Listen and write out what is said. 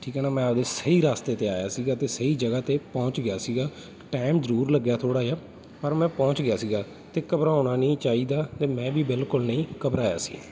ਠੀਕ ਹੈ ਨਾ ਮੈਂ ਆਪਣੇ ਸਹੀ ਰਸਤੇ 'ਤੇ ਆਇਆ ਸੀਗਾ ਅਤੇ ਸਹੀ ਜਗ੍ਹਾ 'ਤੇ ਪਹੁੰਚ ਗਿਆ ਸੀਗਾ ਟੈਮ ਜ਼ਰੂਰ ਲੱਗਿਆ ਥੋੜ੍ਹਾ ਜਿਹਾ ਪਰ ਮੈਂ ਪਹੁੰਚ ਗਿਆ ਸੀਗਾ ਅਤੇ ਘਬਰਾਉਣਾ ਨਹੀਂ ਚਾਹੀਦਾ ਅਤੇ ਮੈਂ ਵੀ ਬਿਲਕੁਲ ਨਹੀਂ ਘਬਰਾਇਆ ਸੀ